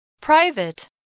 Private